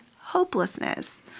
hopelessness